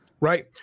right